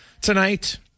Tonight